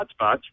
hotspots